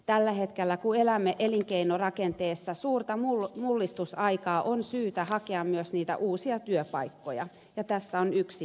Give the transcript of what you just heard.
tällä hetkellä kun elämme elinkeinorakenteessa suurta mullistusaikaa on syytä hakea myös niitä uusia työpaikkoja ja tässä on yksi paikka